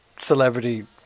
celebrity